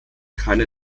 keine